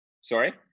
sorry